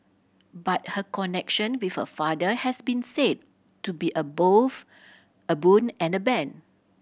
but her connection with her father has been said to be a both a boon and a bane